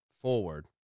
forward